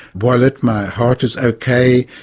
wallet, my heart is ok,